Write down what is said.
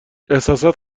احساسات